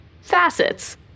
facets